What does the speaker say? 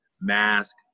mask